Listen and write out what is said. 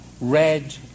red